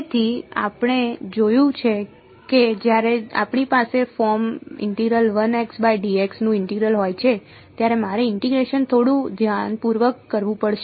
તેથી આપણે જોયું છે કે જ્યારે આપણી પાસે ફોર્મ નું ઇન્ટિગ્રલ હોય છે ત્યારે મારે ઇન્ટીગ્રેશન થોડું ધ્યાનપૂર્વક કરવું પડશે